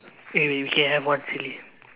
eh wait we can have one silly